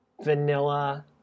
vanilla